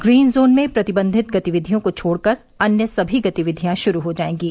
green zone में प्रतिबन्धित गतिविधियों को छोड़कर अन्य सभी गतिविधियां शुरू हो जाएंगी